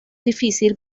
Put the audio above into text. difícil